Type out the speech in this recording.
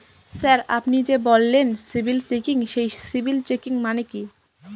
Sir আপনি যে বললেন সিবিল চেকিং সেই সিবিল চেকিং মানে কি?